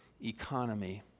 economy